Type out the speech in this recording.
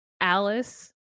Alice